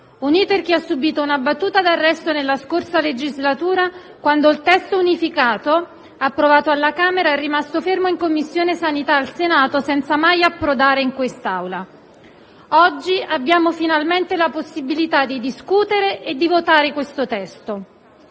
Un *iter* che ha subìto una battuta d'arresto nella scorsa legislatura quando il testo unificato approvato alla Camera è rimasto fermo in Commissione sanità al Senato senza mai approdare in quest'Aula. Oggi abbiamo finalmente la possibilità di discutere e di votare un testo